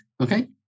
okay